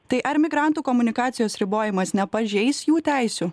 tai ar migrantų komunikacijos ribojimas nepažeis jų teisių